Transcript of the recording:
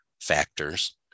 factors